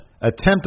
attempt